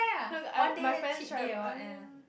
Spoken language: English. look I my friends tried I mean